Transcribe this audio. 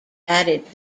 added